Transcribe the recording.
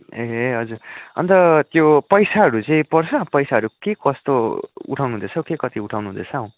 ए हजुर अन्त त्यो पैसाहरू चाहिँ पर्छ पैसाहरू के कस्तो उठाउनु हुँदैछ के कति उठाउनु उठाउनु हुँदैछ हौ